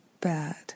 bad